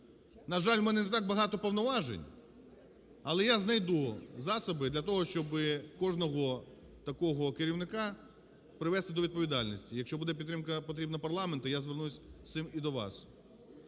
На жаль, в мене не так багато повноважень, але я знайду засоби для того, щоб кожного такого керівника привести до відповідальності, якщо буде підтримка потрібна парламенту, я звернуся з цим і до вас.